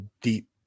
deep